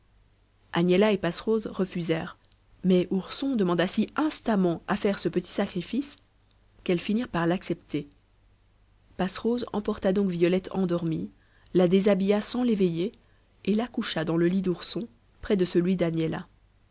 agnella et passerose refusèrent mais ourson demanda si instamment à faire ce petit sacrifice qu'elles finirent par l'accepter passerose emporta donc violette endormie la déshabilla sans l'éveiller et la coucha dans le lit d'ourson près de celui